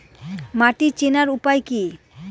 মাটি চেনার উপায় কি?